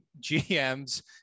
GMs